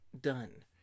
done